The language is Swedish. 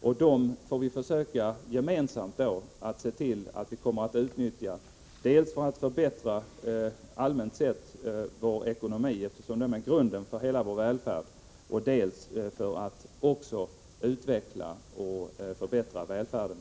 Sedan får vi gemensamt försöka se till att medlen utnyttjas dels för att rent allmänt förbättra vår ekonomi, eftersom den är grunden för hela vår välfärd, dels för att också utveckla och förbättra själva välfärden.